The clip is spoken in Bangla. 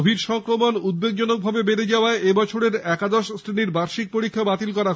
কোভিড সংক্রমণ উদ্বেগজনক ভাবে বেড়ে যাওয়ায় এবছরের একাদশ শ্রেণির বার্ষিক পরীক্ষা বাতিল করা হয়েছে